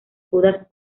judas